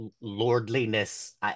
lordliness